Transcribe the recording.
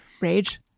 rage